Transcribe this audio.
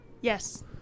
yes